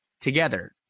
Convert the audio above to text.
together